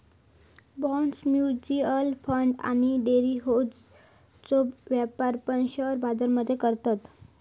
bonds, mutual fund आणि डेरिव्हेटिव्ह्जचो व्यापार पण शेअर बाजार मध्ये करतत